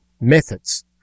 methods